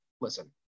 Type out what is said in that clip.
listen